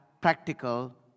practical